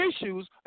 issues